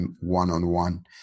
one-on-one